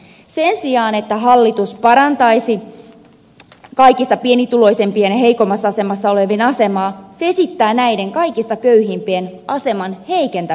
sen sijaan että hallitus parantaisi kaikista pienituloisimpien ja heikoimmassa asemassa olevien asemaa se esittää näiden kaikista köyhimpien aseman heikentämistä